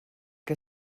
que